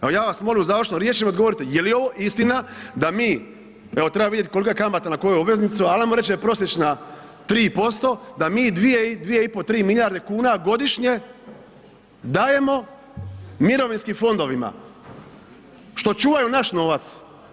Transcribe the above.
Evo ja vas molim u završnoj riječi da mi odgovorite, jeli ovo istina da mi, evo trebamo vidjeti kolika je kamata na koju obveznicu, ali ajmo reći da je prosječna 3% da mi 2, 2,5, 3 milijarde kuna godišnje dajemo mirovinskim fondovima što čuvaju naš novac.